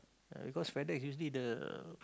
uh because Fedex usually the